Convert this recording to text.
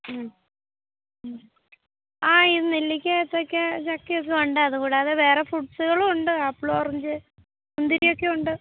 മ്മ് മ്മ് ആ ഈ നെല്ലിയ്ക്കാ ഏത്തയ്ക്കാ ചക്കയൊക്കെയുണ്ട് അത് കൂടാതെ വേറെ ഫ്രൂട്സുകളുമുണ്ട് ആപ്പിള് ഓറഞ്ച് മുന്തിരിയൊക്കെയുണ്ട്